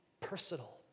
personal